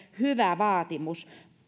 hyvä vaatimus